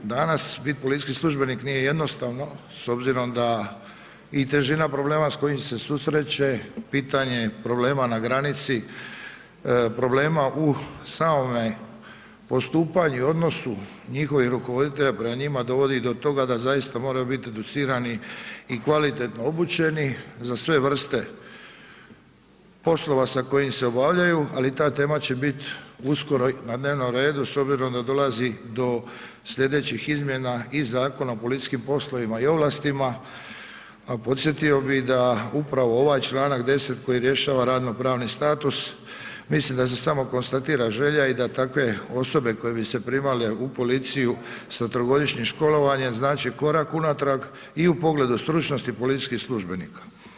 Danas biti policijski službenik nije jednostavno, s obzirom da i težina problema s kojim se susreće, pitanje problema na granici, problema u samome postupanju i odnosu njihovih rukovoditelja prema njima, dovodi do toga da zaista moraju biti educirani i kvalitetno obučeni za sve vrste poslova sa kojim se obavljaju, ali ta tema će biti uskoro na dnevnom redu, s obzirom da dolazi do sljedećih izmjena i Zakona o policijskim poslovima i ovlastima, a podsjetio bih da upravo ovaj članak 10. koji rješava radnopravni status, mislim da se samo konstatira želja i da takve osobe koje bi se primale u policiju s trogodišnjim školovanjem znači korak unatrag i u pogledu stručnost policijskih službenika.